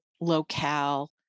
locale